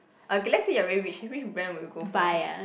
okay let's say you are very rich which brand would you go for